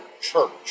church